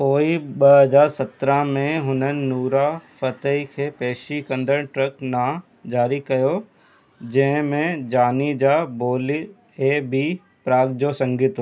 पोइ ॿ हज़ार सत्रहां में हुननि नौरा फतेही खे पेशी कंदड़ु ट्रक ना जारी कयो जंहिं में जानी जा बो॒ली ऐं बी प्राक जो संगीतु हो